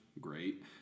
Great